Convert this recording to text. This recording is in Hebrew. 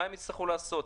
מה הם יצטרכו לעשות,